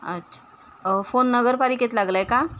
अच्छा फोन नगरपालिकेत लागला आहे का